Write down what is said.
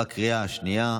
בקריאה השנייה.